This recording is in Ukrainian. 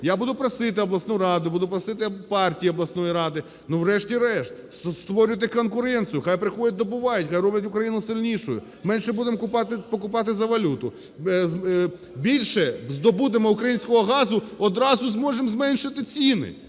Я буду просити обласну раду, буду просити партії обласної ради. Врешті-решт, створюйте конкуренцію, нехай приходять, добувають, нехай роблять Україну сильнішою. Менше будемо купувати за валюту. Більше здобудемо українського газу, одразу зможемо зменшити ціни.